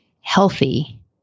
healthy